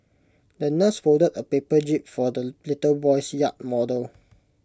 the nurse folded A paper jib for the little boy's yacht model